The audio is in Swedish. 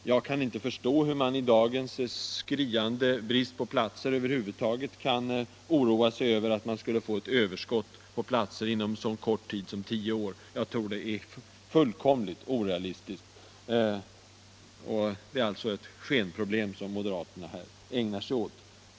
Jag kan inte förstå hur man i dagens skriande brist på platser över huvud taget kan oroa sig över att det skulle bli ett överskott inom så kort tid som tio år. Det är fullkomligt orealistiskt. Det är ett skenproblem moderaterna ägnar sig åt.